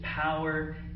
power